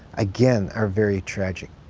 again, are very tragic.